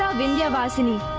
vindhya vasini